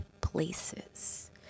places